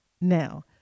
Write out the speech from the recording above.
Now